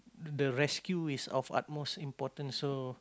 the rescue is of upmost important so